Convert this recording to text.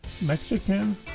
Mexican